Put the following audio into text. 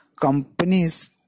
companies